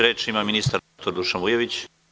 Reč ima ministar Dušan Vujović.